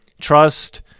trust